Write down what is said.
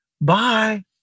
Bye